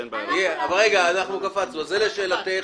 לשאלתך,